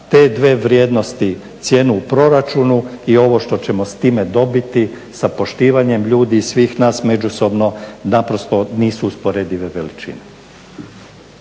te dvije vrijednosti, cijenu u proračunu i ovo što ćemo s time dobiti sa poštivanjem ljudi i svih nas međusobno naprosto nisu usporedive veličine.